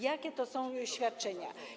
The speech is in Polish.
Jakie to są świadczenia?